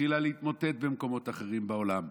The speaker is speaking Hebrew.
התחילה להתמוטט במקומות אחרים בעולם,